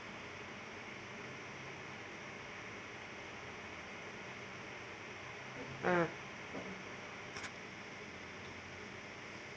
ah